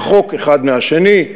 רחוקים אחד מהשני,